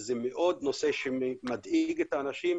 זה נושא שמדאיג את האנשים.